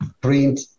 print